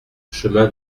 chemin